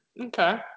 Okay